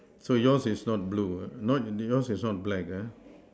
so yours is not blue ah no yours is not black ah